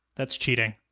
that's cheating.